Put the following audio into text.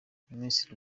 misi